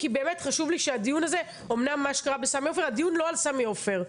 הדיון לא על סמי עופר.